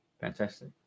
fantastic